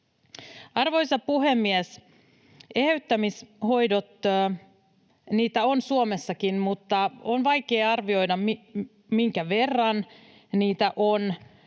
Arvoisa puhemies! Eheyttämishoitoja on Suomessakin, mutta on vaikea arvioida, minkä verran niitä on